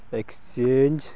exchange